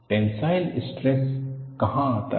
tensile stress कहां आता है